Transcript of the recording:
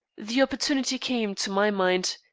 the opportunity came, to my mind,